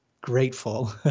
grateful